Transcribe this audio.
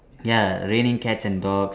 ya raining cats and dogs